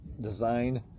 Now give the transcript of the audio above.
design